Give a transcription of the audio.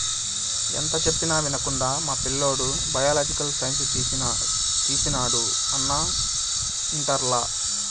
ఎంత చెప్పినా వినకుండా మా పిల్లోడు బయలాజికల్ సైన్స్ తీసినాడు అన్నా ఇంటర్లల